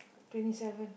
twenty seven